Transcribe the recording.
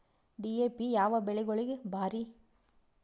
DAP ಯಾವ ಬೆಳಿಗೊಳಿಗ ಭಾರಿ?